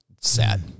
Sad